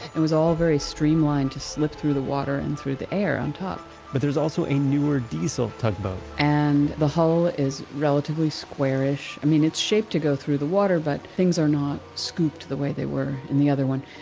it was all very streamlined to slip through the water and through the air on top but there's also a newer diesel tugboat and the hull is relatively square-ish. i mean it's shaped to go through the water, but things are not scooped the way they were in the other one.